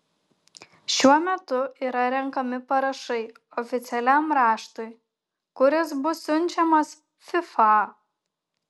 šiuo metu yra renkami parašai oficialiam raštui kuris bus siunčiamas fifa